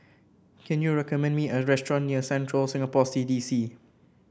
can you recommend me a restaurant near Central Singapore C D C